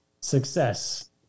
success